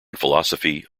philosophy